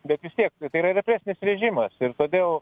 bet vis tiek tai yra represinis režimas ir todėl